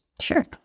Sure